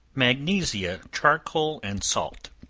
magnesia, charcoal and salts.